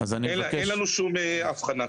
אין לנו שום הבחנה כזאת.